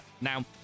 Now